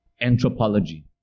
anthropology